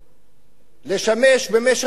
לשמש במשך כמה שנים